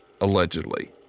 allegedly